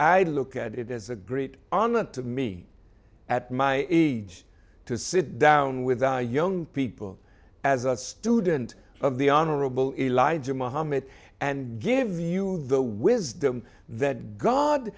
i look at it as a great honor to me at my age to sit down with our young people as a student of the honorable elijah mohammed and give you the wisdom that god